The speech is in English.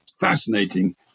fascinating